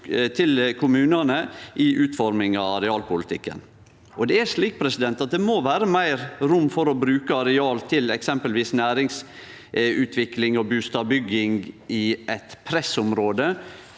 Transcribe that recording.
til kommunane i utforminga av arealpolitikken. Det må vere meir rom for å bruke areal til eksempelvis næringsutvikling og bustadbygging i eit område